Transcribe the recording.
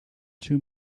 two